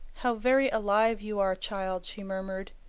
how very alive you are, child! she murmured.